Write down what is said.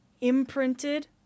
imprinted